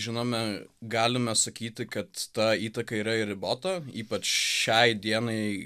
žinomi galime sakyti kad ta įtaka yra ribota ypač šiai dienai